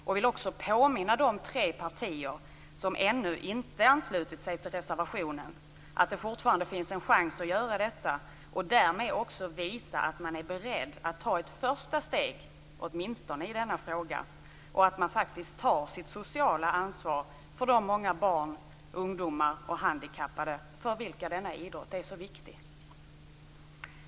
Jag vill också påminna de tre partier som ännu inte har anslutit sig till reservationen att det fortfarande finns en chans att göra det och därmed också visa att man är beredd att ta ett första steg i denna fråga. På det viset tar man sitt sociala ansvar för de många barn, ungdomar och handikappade för vilka denna idrott är så viktig.